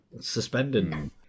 suspended